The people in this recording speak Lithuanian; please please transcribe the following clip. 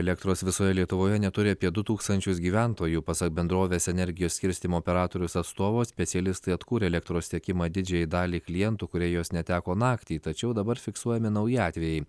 elektros visoje lietuvoje neturi apie du tūkstančius gyventojų pasak bendrovės energijos skirstymo operatorius atstovo specialistai atkūrė elektros tiekimą didžiajai daliai klientų kurie jos neteko naktį tačiau dabar fiksuojami nauji atvejai